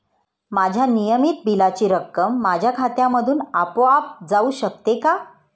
माझ्या नियमित बिलाची रक्कम माझ्या खात्यामधून आपोआप जाऊ शकते का?